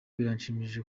birashimishije